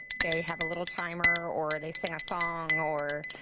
they have a little timer or they sing a song or